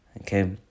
Okay